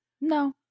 No